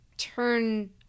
turn